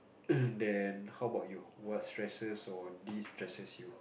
then how about you what stresses or destresses you